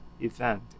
event